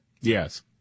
Yes